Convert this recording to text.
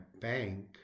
bank